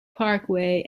parkway